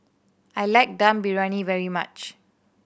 I like Dum Briyani very much